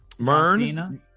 Mern